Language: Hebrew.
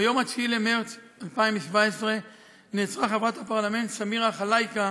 ביום 9 במרס 2017 נעצרה חברת הפרלמנט סמירה חלאיקה